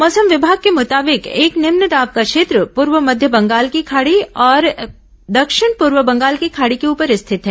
मौसम विभाग के मुताबिक एक निम्न दाब का क्षेत्र पूर्व मध्य बंगाल की खाड़ी और दक्षिण पूर्व बंगाल की खाडी के ऊपर स्थित है